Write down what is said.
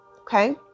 okay